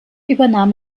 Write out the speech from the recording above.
übernahm